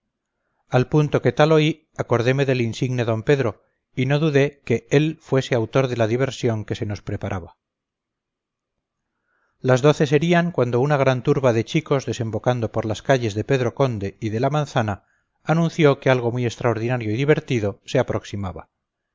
al punto que tal oí acordeme del insigne d pedro y no dudé que él fuese autor de la diversión que se nos preparaba las doce serían cuando una gran turba de chicos desembocando por las calles de pedro conde y de la manzana anunció que algo muy extraordinario y divertido se aproximaba